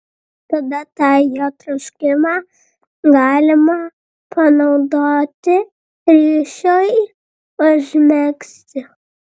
tada tą jo troškimą galima panaudoti ryšiui užmegzti